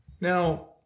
Now